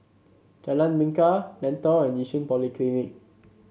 Jalan Bingka Lentor and Yishun Polyclinic